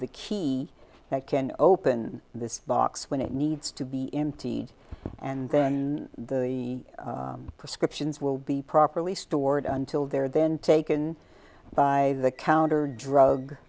the key that can open this box when it needs to be emptied and then the prescriptions will be properly stored until they're then taken by the counter drug